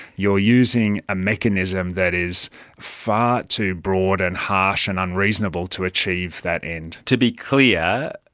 you are using a mechanism that is far too broad and harsh and unreasonable to achieve that end. to be clear,